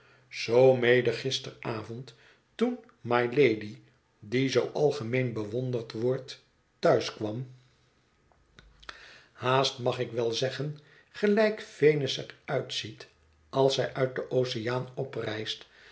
gisteravond toen mylady die zoo algemeen bewonderd wordt thuis kwam haast mag ik wel zeggen gelijk venus er uitziet als zij uit den oceaan oprijst